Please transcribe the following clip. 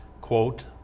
quote